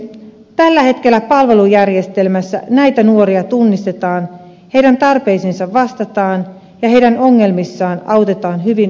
tällä hetkellä palvelujärjestelmässä näitä nuoria tunnistetaan heidän tarpeisiinsa vastataan ja heidän ongelmissaan autetaan hyvin sattumanvaraisesti